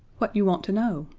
what you want to know.